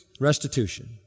restitution